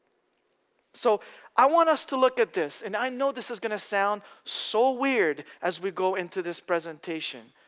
so i want us to look at this, and i know this is going to sound so weird as we go into this presentation.